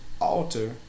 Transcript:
alter